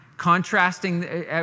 Contrasting